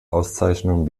auszeichnung